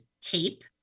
tape